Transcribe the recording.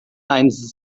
eins